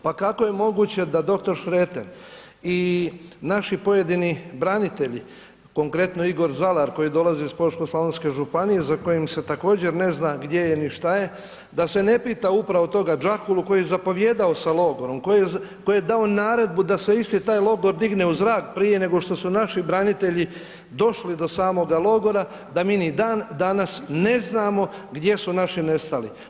Pa kako je moguće da dr. Šreter i naši pojedini branitelji, konkretno, Igor Zalar koji dolazi iz Požeško-slavonske županije, za kojim se također ne zna gdje je ni što je, da se ne upita upravo toga Đakulu koji je zapovijedao sa logorom, koji je dao naredbu da se isti tak logor digne u zrak prije nego što su naši branitelji došli do samoga logora, da mi ni dan danas ne znamo gdje su naši nestali.